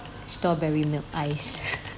strawberry milk ice